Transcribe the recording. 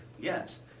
Yes